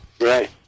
Right